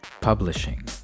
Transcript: Publishing